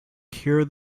cure